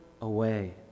away